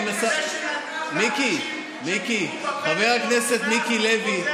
אני מנסה מיקי, חבר הכנסת מיקי לוי, אני